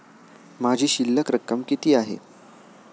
माझी शिल्लक रक्कम किती आहे?